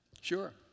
Sure